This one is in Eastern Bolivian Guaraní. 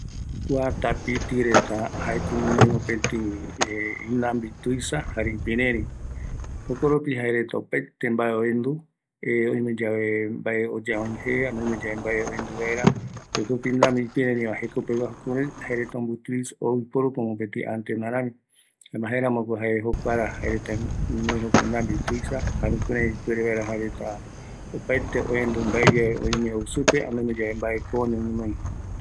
Kua tapitireta inambi tuisa jare ipireri, jokoropi jaereta opaete mbae oendu, inambi ipïreri ramo jae reta opaete oendu katu mbae, jaera oiporu, kua inambi